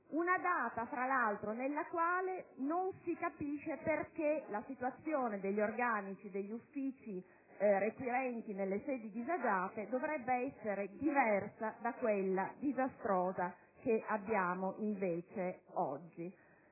data fra l'altro nella quale non si capisce perché la situazione degli organici degli uffici requirenti nelle sedi disagiate dovrebbe essere diversa da quella disastrosa in cui versa oggi.